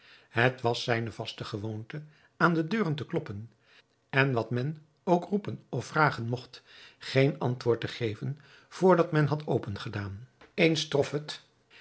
het was zijne vaste gewoonte aan de deuren te kloppen en wat men ook roepen of vragen mogt geen antwoord te geven vr dat men had opengedaan eens trof het